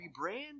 rebrand